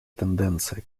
тенденция